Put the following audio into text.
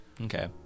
Okay